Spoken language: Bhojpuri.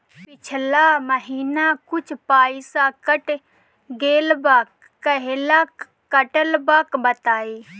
पिछला महीना कुछ पइसा कट गेल बा कहेला कटल बा बताईं?